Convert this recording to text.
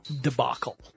debacle